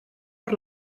per